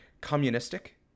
communistic